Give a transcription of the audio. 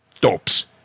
Dopes